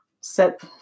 set